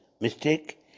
mistake